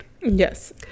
Yes